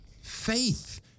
Faith